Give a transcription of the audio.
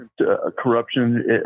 corruption